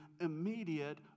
immediate